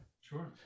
sure